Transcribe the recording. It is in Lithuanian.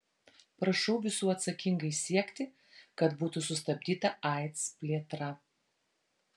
prašau visų atsakingai siekti kad būtų sustabdyta aids plėtra